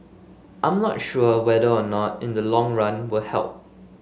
I'm not sure whether or not in the long run will help